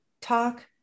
talk